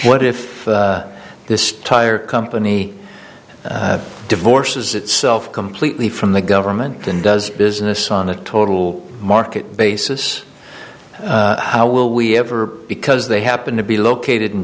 what if this tire company divorces itself completely from the government and does business on a total market basis how will we ever because they happen to be located in